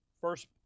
first